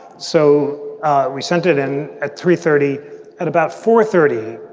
so we sent it in at three thirty at about four thirty.